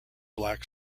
black